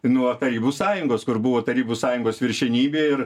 nuo tarybų sąjungos kur buvo tarybų sąjungos viršenybė ir